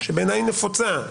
שבעיניי היא נפוצה,